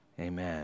amen